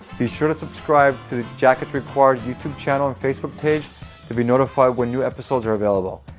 be sure to subscribe to the jacket's required you tube channel and facebook page to be notified when new episodes are available,